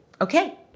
Okay